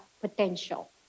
potential